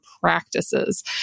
practices